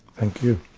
thank you.